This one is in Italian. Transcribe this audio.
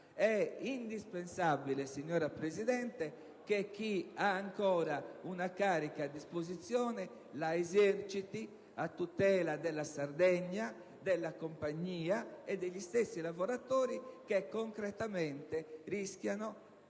è indispensabile, signora Presidente, che chi ha ancora una carica la eserciti, a tutela della Sardegna, della compagnia e degli stessi lavoratori che concretamente rischiano,